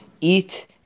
eat